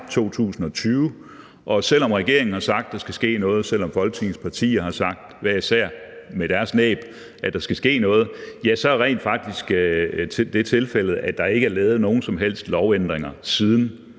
2020, og selv om regeringen har sagt, at der skal ske noget, og selv om Folketingets partier hver især med deres næb har sagt, at der skal ske noget, så er tilfældet rent faktisk, at der ikke er lavet nogen som helst lovændringer siden